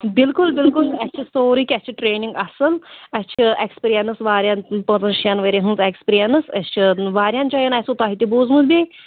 بلکُل بلکُل اَسہِ چھِ سورُے کیٚنٛہہ اَسہِ چھِ ٹرٛینِنٛگ اَصٕل اَسہِ چھِ اَیکٕسپیٖرینٕس وارِیاہ پٲنٛژن شٮ۪ن ؤرۍین ہُنٛد اٮ۪کٕسپیٖرینٕس أسۍ چھِ وارِیاہن جاین آسوٕ تۄہہِ تہِ بوٗزمُت بیٚیہِ